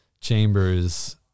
chambers